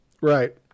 Right